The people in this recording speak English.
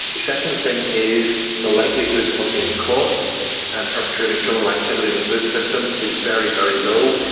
the second thing is the likelihood of being caught and perpetrating criminal activity in the food system is very, very low.